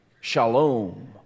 Shalom